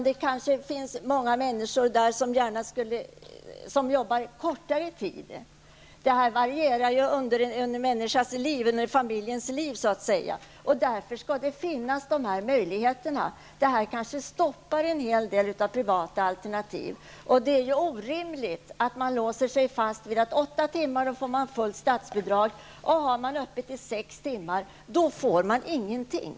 Där kanske finns många människor som har kortare arbetsdagar. Sådant varierar under så att säga familjens liv. Därför skall dessa möjligheter finnas. Den här regeln kanske stoppar en del privata alternativ. Det är orimligt att låsa sig fast vid att för en åttatimmarsdag skall man få fullt statsbidrag och vid en öppettid på sex timmar får man ingenting.